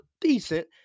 decent